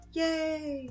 yay